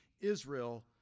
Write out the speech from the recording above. Israel